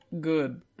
good